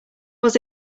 was